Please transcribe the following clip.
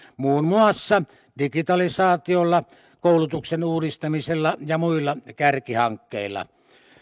muun muassa digitalisaatiolla koulutuksen uudistamisella ja muilla kärkihankkeilla